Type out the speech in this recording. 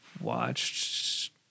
watched